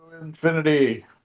Infinity